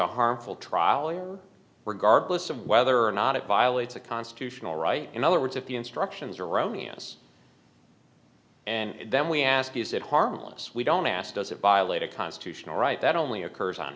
a harmful trolly or regardless of whether or not it violates a constitutional right in other words if the instructions erroneous and then we ask is it harmless we don't ask does it violate a constitutional right that only occurs on